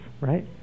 right